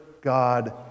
God